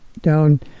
down